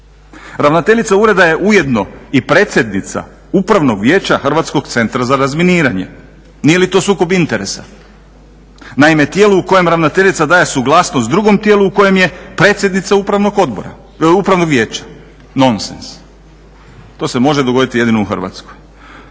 Ravnateljica ureda je ujedno i predsjednica Upravnog vijeća HCR-a. Nije li to sukob interesa? Naime, tijelo u kojem ravnateljica daje suglasnost drugom tijelu u kojem je predsjednica upravnog vijeća. Nonsens. To se može dogoditi jedino u Hrvatskoj.